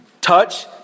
Touch